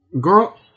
Girl